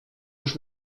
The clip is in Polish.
już